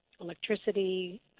electricity